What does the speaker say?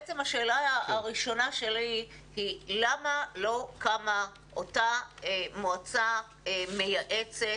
השאלה הראשונה שלי היא למה קמה אותה מועצה מייעצת